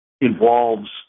involves